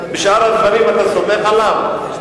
בשאר הדברים אתה סומך עליו?